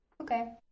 Okay